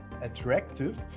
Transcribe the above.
attractive